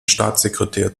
staatssekretär